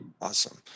Awesome